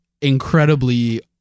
incredibly